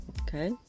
Okay